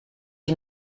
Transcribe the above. den